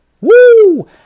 Woo